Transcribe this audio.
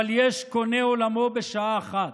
אבל יש קונה עולמו בשעה אחת.